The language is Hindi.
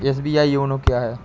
एस.बी.आई योनो क्या है?